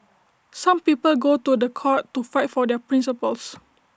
some people go to The Court to fight for their principles